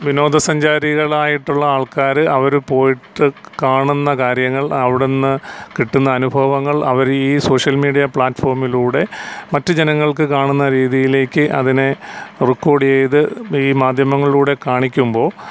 വിനോദസഞ്ചാരികളായിട്ടുള്ള ആൾക്കാർ അവർ പോയിട്ട് കാണുന്ന കാര്യങ്ങൾ അവിടെ നിന്നു കിട്ടുന്ന അനുഭവങ്ങൾ അവർ ഈ സോഷ്യൽ മീഡിയ പ്ലാറ്റ്ഫോമിലൂടെ മറ്റു ജനങ്ങൾക്കു കാണുന്ന രീതിയിലേക്ക് അതിനെ റെക്കോർഡ് ചെയ്ത് ഈ മാധ്യമങ്ങളിലൂടെ കാണിക്കുമ്പോൾ